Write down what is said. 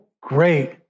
great